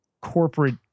corporate